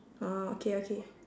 orh okay okay